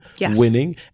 winning